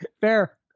Fair